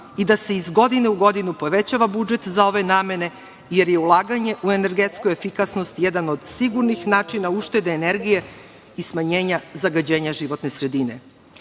i da se iz godine u godinu povećava budžet za ove namene, jer je ulaganje u energetsku efikasnost jedan od sigurnih načina uštede energije i smanjenja zagađenja životne sredine. Na